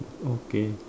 okay